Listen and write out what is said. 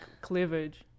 cleavage